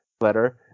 letter